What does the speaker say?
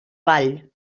vall